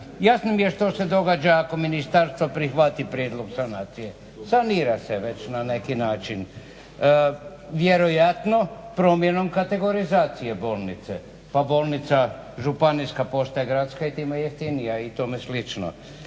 jasno mi je što se događa ako ministarstvo prihvati prijedlog sanacije, sanira se već na neki način, vjerojatno promjenom kategorizacije bolnice, pa bolnica županijska postaje gradska i time jeftinija i tome slično.